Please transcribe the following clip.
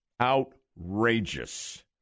Outrageous